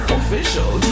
official